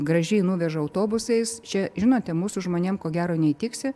gražiai nuveža autobusais čia žinote mūsų žmonėm ko gero neįtiksi